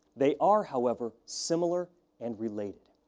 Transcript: they are, however, similar and related.